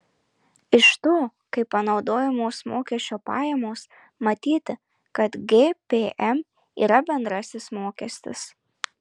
iš to kaip panaudojamos mokesčio pajamos matyti kad gpm yra bendrasis mokestis